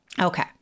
Okay